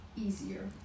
easier